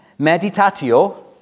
Meditatio